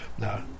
No